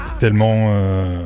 tellement